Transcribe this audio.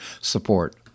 support